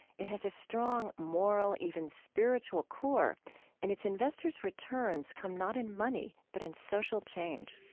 it has a strong moral, even spiritual, core and its investors' returns come not in money, but in social change